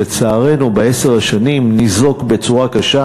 שלצערנו בעשר השנים ניזוק בצורה קשה,